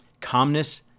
calmness